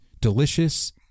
delicious